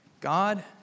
God